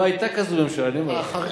לא היתה כזאת ממשלה, אני אומר לך.